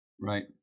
Right